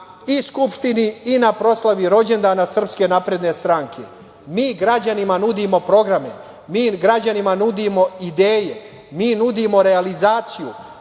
na Skupštini, i na proslavi rođendana Srpske napredne stranke. Mi građanima nudimo programe, mi građanima nudimo ideje, mi nudimo realizaciju,